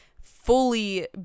fully